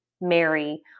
Mary